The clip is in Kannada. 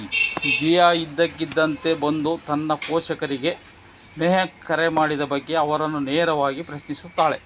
ಜಿಯಾ ಇದ್ದಕ್ಕಿದ್ದಂತೆ ಬಂದು ತನ್ನ ಪೋಷಕರಿಗೆ ಮೆಹಕ್ ಕರೆ ಮಾಡಿದ ಬಗ್ಗೆ ಅವರನ್ನು ನೇರವಾಗಿ ಪ್ರಶ್ನಿಸುತ್ತಾಳೆ